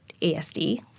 ASD